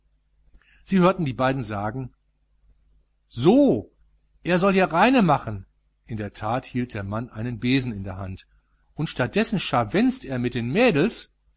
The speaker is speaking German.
sie hörten die beiden sagen so er soll hier reinemachen in der tat hielt der mann einen besen in der hand und statt dessen scharwenzt er mit den mädels